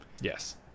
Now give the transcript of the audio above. Yes